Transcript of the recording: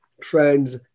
trends